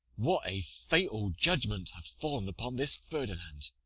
what a fatal judgment hath fall'n upon this ferdinand!